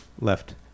Left